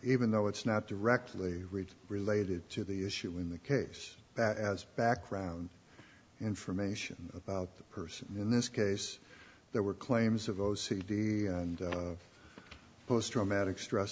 even though it's not directly related to the issue in the case that as background information about the person in this case there were claims of o c d and post traumatic stress